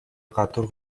гадуур